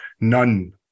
None